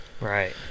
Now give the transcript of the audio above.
Right